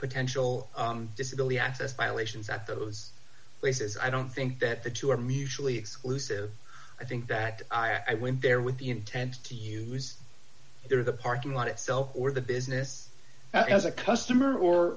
potential disability access violations at those places i don't think that the two are mutually exclusive i think that i went there with the intent to use it in the parking lot itself or the business as a customer or